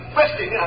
resting